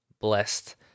blessed